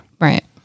Right